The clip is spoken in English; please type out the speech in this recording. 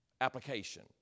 Application